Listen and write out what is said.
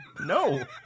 No